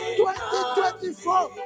2024